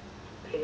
ya